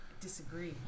Disagree